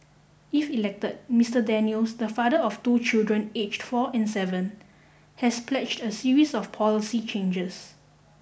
if elected Mister Daniels the father of two children aged four and seven has pledged a series of policy changes